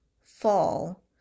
fall